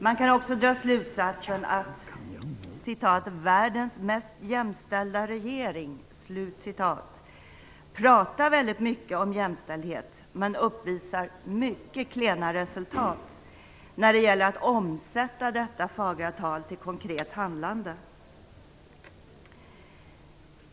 Man kan också dra slutsatsen att "världens mest jämställda regering" pratar väldigt mycket om jämställdhet men uppvisar mycket klena resultat när det gäller att omsätta detta fagra tal till konkret handlande.